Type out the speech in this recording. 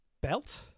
Belt